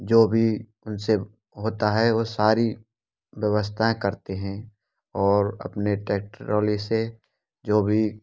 जो भी उनसे होता है वह सारी व्यवस्थाएँ करते हैं और अपने ट्रैक्टर ट्रोली से जो भी